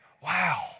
Wow